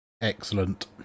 Excellent